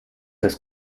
das